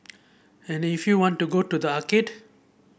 and if you want to go to the arcade